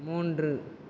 மூன்று